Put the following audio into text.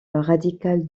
radical